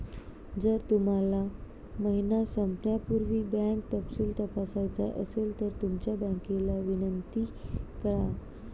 जर तुम्हाला महिना संपण्यापूर्वी बँक तपशील तपासायचा असेल तर तुमच्या बँकेला विनंती करा